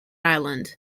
island